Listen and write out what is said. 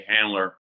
handler